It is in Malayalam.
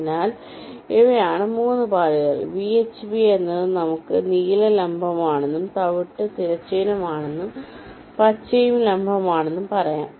അതിനാൽ ഇവയാണ് 3 പാളികൾ VHV എന്നത് നമുക്ക് നീല ലംബമാണെന്നും തവിട്ട് തിരശ്ചീനമാണെന്നും പച്ചയും ലംബമാണെന്നും പറയാം